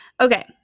Okay